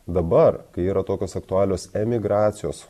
dabar kai yra tokios aktualios emigracijos